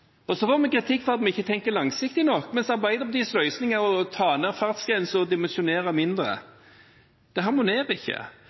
sammen. Så får vi kritikk for at vi ikke tenker langsiktig nok, mens Arbeiderpartiets løsning er å sette ned fartsgrensen og dimensjonere